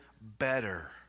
better